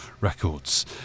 Records